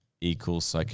equals